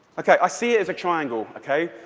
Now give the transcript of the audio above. ok, i see it as a triangle, ok?